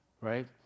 right